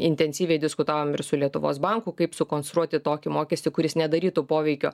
intensyviai diskutavom ir su lietuvos banku kaip sukonstruoti tokį mokestį kuris nedarytų poveikio